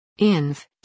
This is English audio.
Inv